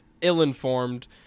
ill-informed